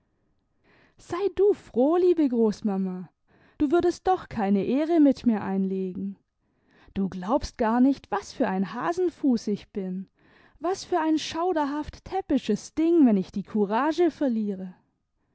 sei du froh liebe großmama du würdest doch keine ehre mit mir einlegen du glaubst gar nicht was für ein hasenfuß ich bin was für ein schauderhaft täppisches ding wenn ich die courage verliere